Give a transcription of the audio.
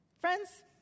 Friends